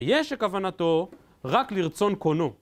יש לכוונתו רק לרצון קונו.